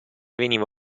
veniva